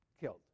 killed